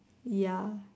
ya